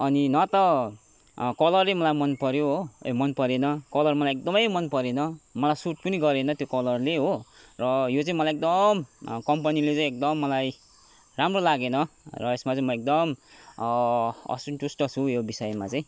अनि न त कलरै मलाई मन पऱ्यो हो मन परेन कलर मलाई एकदमै मन परेन मलाई सुट पनि गरेन त्यो कलरले हो र यो चाहिँ मलाई एकदम कम्पनीले चाहिँ मलाई एकदम मलाई राम्रो लागेन र यसमा चाहिँ म एकदम असन्तुष्ट छु यो विषयमा चाहिँ